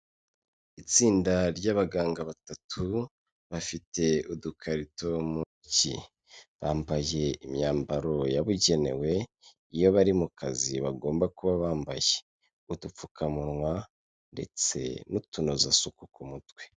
Itsinda ry'abaganga batatu bafite udukarito muntoki ,bambaye imyambaro yabugenewe, iyo bari mu kazi bagomba kuba bambaye ,udupfukamunwa ndetse n'utunozasuku ku mutwe.